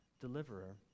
deliverer